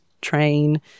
train